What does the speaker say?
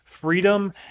freedom